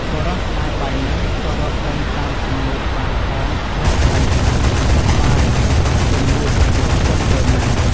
បុរសស្តាយបាយណាស់ ក៏រត់ដេញតាមពំនូតបាយផង ស្រែកផងថា ឈប់បាយ បាយពំនួត សុំកុំទៅណា ។